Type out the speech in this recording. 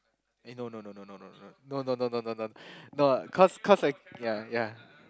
eh no no no no no no no no no no no no cause cause I ya ya